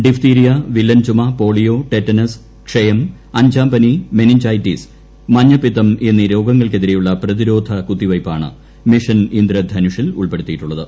diphtheria വില്ലൻചുമ polio tetanus ക്ഷയം അഞ്ചാംപനി മെനിഞ്ചൈറ്റിസ് മഞ്ഞപ്പിത്തം എന്നീരോഗങ്ങൾക്കെതിരെയുള്ള പ്രതിരോധ കുത്തിവയ്പ്പാണ് മിഷൻ ഇന്ദ്രധനുഷിൽ ഉൾപ്പെടുത്തിയിട്ടുള്ളത്